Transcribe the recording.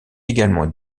également